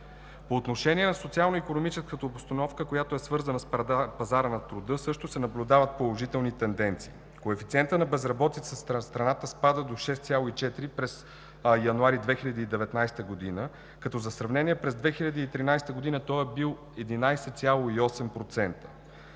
По отношение на социално-икономическата обстановка, свързана с пазара на труда, също се наблюдават положителни тенденции. Коефициентът на безработица в страната спадна до 6,4% през януари 2019 г., като за сравнение през 2013 г. той е бил 11,8%.